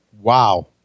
Wow